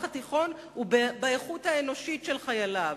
התיכון הוא באיכות האנושית של חייליו,